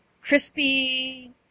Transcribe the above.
crispy